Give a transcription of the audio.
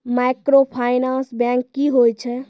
Microfinance bank की होय छै?